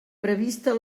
prevista